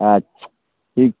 अच्छा ठीक